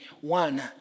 one